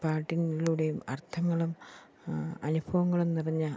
പാട്ടിലൂടെയും അർത്ഥങ്ങളും അനുഭവങ്ങളും നിറഞ്ഞ